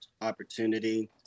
opportunity